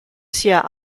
sia